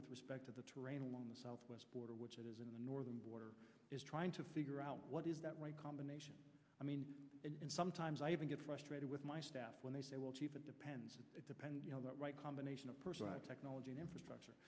with respect to the terrain along the southwest border which it is in the northern border is trying to figure out what is that right combination i mean and sometimes i even get frustrated with my staff when they say we'll keep it depends it depends on the right combination of personnel technology and infrastructure